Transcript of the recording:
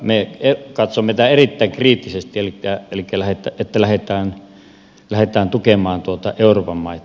me katsoimme tätä erittäin kriittisesti että lähdetään tukemaan euroopan maita